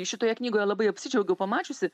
šitoje knygoje labai apsidžiaugiau pamačiusi